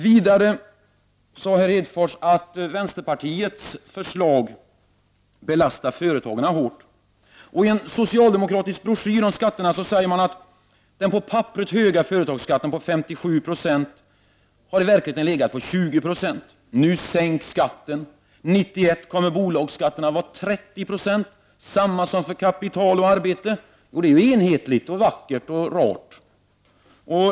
Vidare sade Lars Hedfors att vänsterpartiets förslag belastar företagarna hårt. I en socialdemokratisk broschyr om skatterna säger man att den på papperet höga företagsskatten på 57 90 har i verkligheten legat på 20 76. Nu 39 sänks skatten. 1991 kommer bolagsskatterna att vara 30 76, samma för kapital som för arbete. Det är enhetligt och vackert och rart.